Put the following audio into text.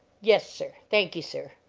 yes, sir thank ye, sir,